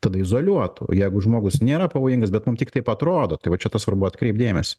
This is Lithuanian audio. tada izoliuotų o jeigu žmogus nėra pavojingas bet mum tik taip atrodo tai va čia tas svarbu atkreipt dėmesį